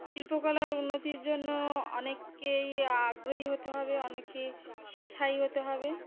শিল্পকলার উন্নতির জন্য অনেককেই আগ্রহী হতে হবে অনেককে উৎসাহী হতে হবে